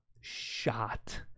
shot